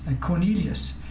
Cornelius